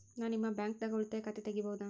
ನಾ ನಿಮ್ಮ ಬ್ಯಾಂಕ್ ದಾಗ ಉಳಿತಾಯ ಖಾತೆ ತೆಗಿಬಹುದ?